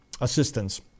assistance